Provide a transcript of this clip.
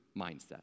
mindset